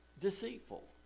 deceitful